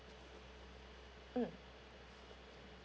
mm